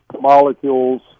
molecules